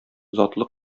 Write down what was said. затлы